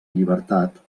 llibertat